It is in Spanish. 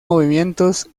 movimientos